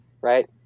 right